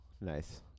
nice